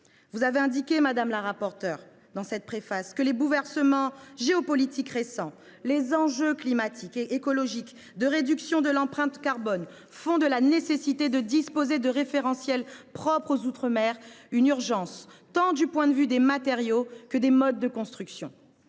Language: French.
Dans cette préface, Micheline Jacques écrivait :« Les bouleversements géopolitiques récents, les enjeux climatiques et écologiques de réduction de l’empreinte carbone font de la nécessité de disposer de référentiels propres aux outre mer une urgence, tant du point de vue des matériaux que des modes de construction.